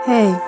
Hey